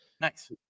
Nice